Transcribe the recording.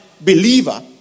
believer